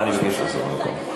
אני מבקש שתחזור למקום.